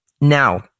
Now